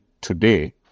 today